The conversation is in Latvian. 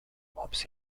mums